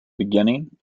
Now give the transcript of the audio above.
beginning